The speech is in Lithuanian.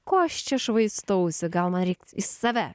ko aš čia švaistausi gal man reik į save